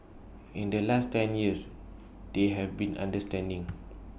in the last ten years they've been understanding